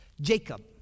Jacob